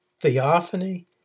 Theophany